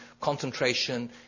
concentration